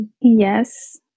yes